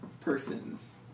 persons